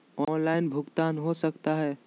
Online भुगतान हो सकता है?